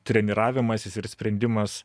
treniravimasis ir sprendimas